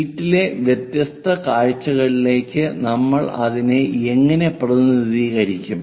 ഷീറ്റിലെ വ്യത്യസ്ത കാഴ്ചകളിലേക്ക് നമ്മൾ അതിനെ എങ്ങനെ പ്രതിനിധീകരിക്കും